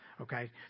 okay